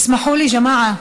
איסמחו לי, ג'מאעה.